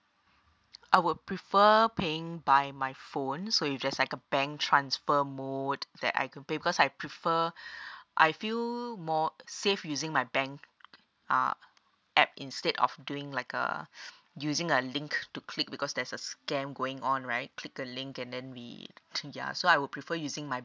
I would prefer paying by my phone so it's just like a bank transfer mode that I could because I prefer I feel more safe using my bank uh app instead of doing like a using a link to click because there's a scam going on right click the link and then we yeah so I would prefer using my